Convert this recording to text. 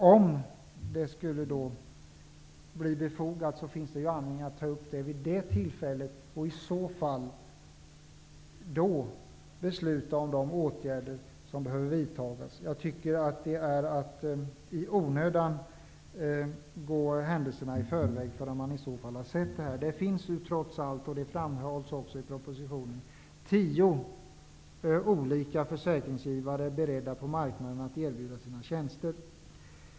Om det skulle bli befogat kan man ta upp frågan och vid det tillfället besluta om de åtgärder som behöver vidtagas. Jag tycker inte att man i onödan skall gå händelserna i förväg innan man ser hur det blir. Det finns trots allt, som framhålls också i propositionen, tio olika försäkringsgivare beredda på marknaden att erbjuda sina tjänster.